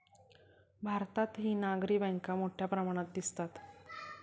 भारतातही नागरी बँका मोठ्या प्रमाणात दिसतात